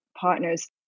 partners